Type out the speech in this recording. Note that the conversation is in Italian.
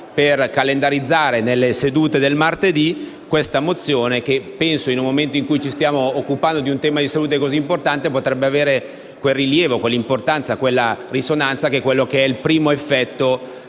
per calendarizzare nelle sedute del martedì questa mozione che penso, nel momento in cui ci stiamo occupando di un tema di salute così importante, potrebbe avere il rilievo, l'importanza e la risonanza che rappresentano il primo effetto